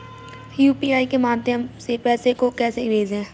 UPI के माध्यम से पैसे को कैसे भेजें?